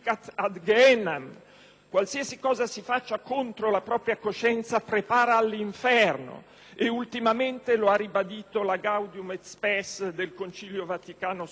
(qualsiasi cosa che si faccia contro la propria coscienza prepara all'inferno), concetto ultimamente ribadito dalla *Gaudium et Spes* del Concilio Vaticano II.